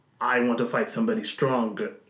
I-want-to-fight-somebody-stronger